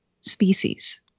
species